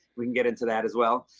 we can get into that as well.